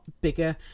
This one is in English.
bigger